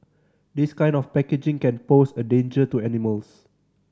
this kind of packaging can pose a danger to animals